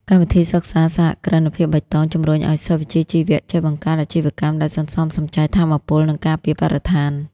កម្មវិធីសិក្សា "សហគ្រិនភាពបៃតង" ជម្រុញឱ្យសិស្សវិជ្ជាជីវៈចេះបង្កើតអាជីវកម្មដែលសន្សំសំចៃថាមពល និងការពារបរិស្ថាន។